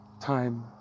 time